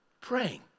Praying